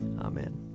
Amen